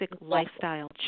lifestyle